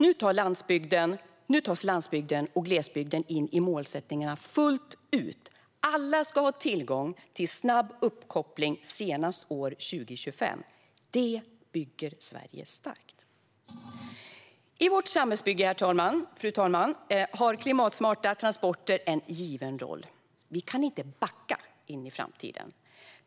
Nu tas landsbygden och glesbygden in i målsättningarna fullt ut. Alla ska ha tillgång till snabb uppkoppling senast 2025. Det bygger Sverige starkt! I vårt samhällsbygge, fru talman, har klimatsmarta transporter en given roll. Vi kan inte backa in i framtiden.